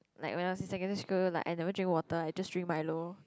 like when I was in secondary school like I never drink water I just drink milo